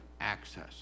access